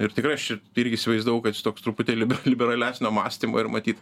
ir tikrai aš irgi įsivaizdavau kad čia toks truputėlį lib liberalesnio mąstymo ir matyt